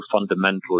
fundamentally